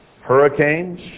hurricanes